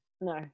No